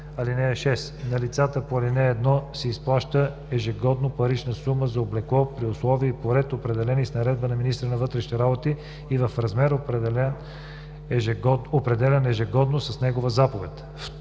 „(6) На лицата по ал. 1 се изплаща ежегодно парична сума за облекло при условия и по ред, определени с наредба на министъра на вътрешните работи, и в размер, определян ежегодно с негова заповед.“